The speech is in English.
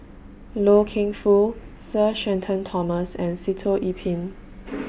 Loy Keng Foo Sir Shenton Thomas and Sitoh Yih Pin